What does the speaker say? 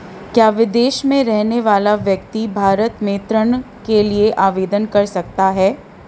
क्या विदेश में रहने वाला व्यक्ति भारत में ऋण के लिए आवेदन कर सकता है?